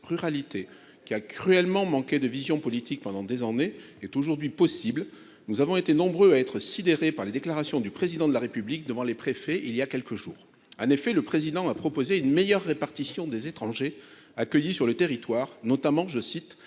qui a cruellement manqué de vision politique pendant des années, est aujourd'hui possible, nous avons été nombreux à être sidéré par les déclarations du président de la République devant les préfets, il y a quelques jours en effet, le président a proposé une meilleure répartition des étrangers accueillis sur le territoire, notamment, je cite,